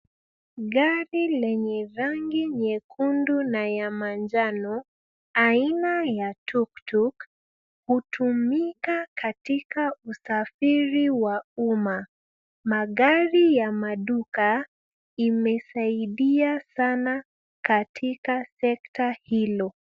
Gari lenye rangi nyekundu na ya manjano aina ya tuktuk hutumika katika usafiri wa umma. Magari ya maduka imesaidia sana katika sekta hilo.